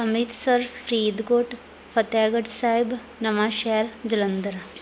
Amritsar Faridkot Fatehgarh Sahib Nawanshahr Jalandhar